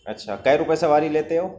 اچھا قے روپے سواری لیتے ہو